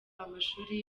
amashuri